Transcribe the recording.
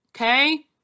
Okay